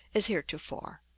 as heretofore.